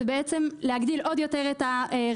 זה בעצם להגדיל עוד יותר את הריכוזיות